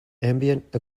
ambient